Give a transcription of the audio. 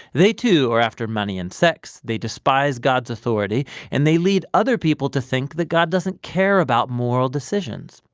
they, too, are after money and sex. they despise god's authority and they lead other people to think that god doesn't care about moral decisions.